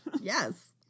Yes